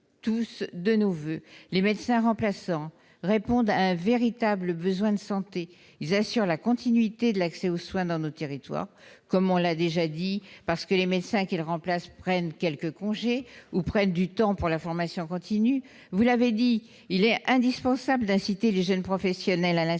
tous de nos voeux. Les médecins remplaçants répondent à un véritable besoin de santé ; ils assurent la continuité de l'accès aux soins dans nos territoires, parce que les médecins qu'ils remplacent prennent quelques congés ou consacrent du temps à leur formation continue. Il est indispensable d'inciter les jeunes professionnels à l'installation,